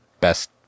best